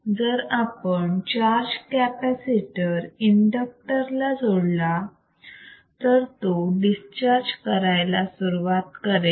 जर आपण charge capacitor inductor ला जोडला तर तो डिस्चार्ज करायला सुरुवात करेल